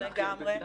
כן, לגמרי.